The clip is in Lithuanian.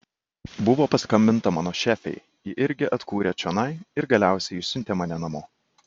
buvo paskambinta mano šefei ji irgi atkūrė čionai ir galiausiai išsiuntė mane namo